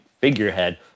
figurehead